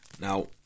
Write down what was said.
Now